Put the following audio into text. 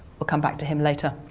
we'll come back to him later.